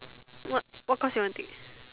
what what course you want take